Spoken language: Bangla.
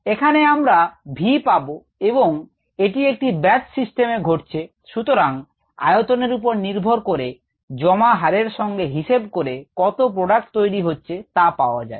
এখানে আমরা v পাব এবং এটি একটি ব্যাচ সিস্টেমে ঘটছে সুতরাং আয়তন এর উপর নির্ভর করে জমা হারের সঙ্গে হিসেব করে কত প্রোডাক্ট তৈরি হচ্ছে তা পাওয়া যায়